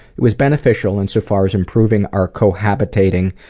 it was beneficial in so far as improving our co-habiting,